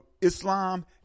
Islam